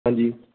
ਹਾਂਜੀ